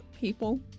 people